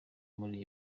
muri